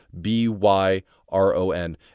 B-Y-R-O-N